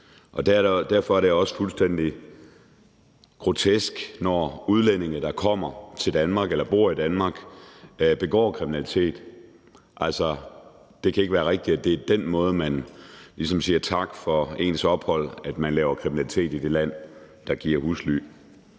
Derfor er det også fuldstændig grotesk, når udlændinge, der kommer til Danmark eller bor i Danmark, begår kriminalitet. Det kan ikke være rigtigt, at det er den måde, man ligesom siger tak for sit ophold på, altså at man laver kriminalitet i det land, der giver en husly.